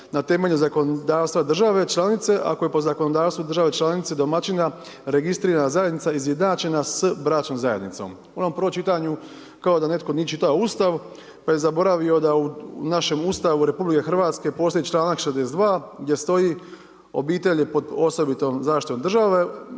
na temelju zakonodavstva države članice, ako je po zakonodavstvu države članice domaćina registrirana zajednica izjednačena s bračnom zajednicom. U onom prvom čitanju kao da netko nije čitao Ustav pa je zaboravio da u našem Ustavu RH postoji članak 62. gdje stoji obitelj je pod osobitom zaštitom države,